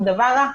הוא דבר רע.